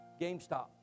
GameStop